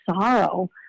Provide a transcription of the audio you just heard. sorrow